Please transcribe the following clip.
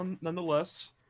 nonetheless